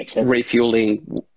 refueling